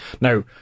Now